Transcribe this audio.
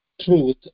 truth